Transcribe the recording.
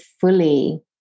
fully